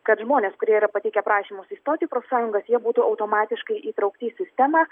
kad žmonės kurie yra pateikę prašymus įstoti į profsąjungas jie būtų automatiškai įtraukti į sistemą